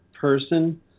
person